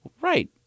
Right